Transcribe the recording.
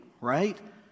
right